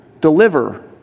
deliver